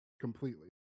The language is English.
completely